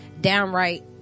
downright